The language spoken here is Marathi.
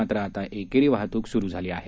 मात्र आता एकेरी वाहतूक सुरू झाली आहे